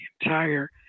entire